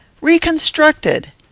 Reconstructed